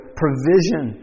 provision